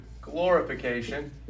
glorification